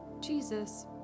Jesus